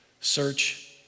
Search